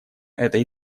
этой